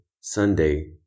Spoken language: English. Sunday